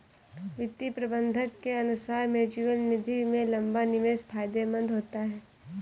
वित्तीय प्रबंधक के अनुसार म्यूचअल निधि में लंबा निवेश फायदेमंद होता है